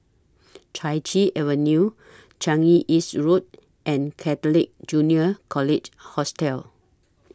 Chai Chee Avenue Changi East Road and Catholic Junior College Hostel